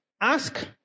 Ask